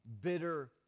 bitter